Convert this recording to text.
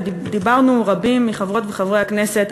וגם רבים מחברות וחברי הכנסת,